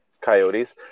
Coyotes